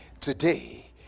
today